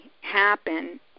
happen